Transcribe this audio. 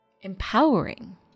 empowering